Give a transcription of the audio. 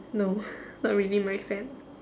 no not really my fan